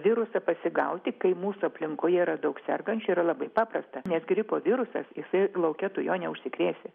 virusą pasigauti kai mūsų aplinkoje yra daug sergančių yra labai paprasta nes gripo virusas jisai lauke tu juo neužsikrėsi